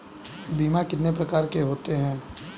बीमा कितने प्रकार के होते हैं?